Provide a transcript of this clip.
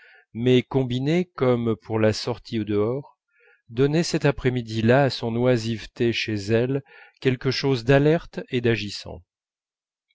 mais combinées comme pour la sortie au dehors donnaient cet après midi là à son oisiveté chez elle quelque chose d'alerte et